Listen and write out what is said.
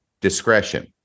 discretion